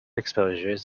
exposures